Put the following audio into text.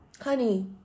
honey